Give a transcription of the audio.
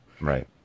Right